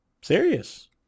Serious